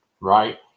Right